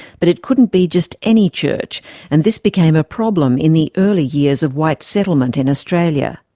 but it couldn't be just any church and this became a problem in the early years of white settlement in australia.